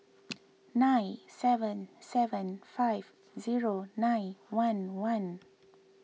nine seven seven five zero nine one one